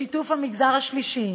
בשיתוף המגזר השלישי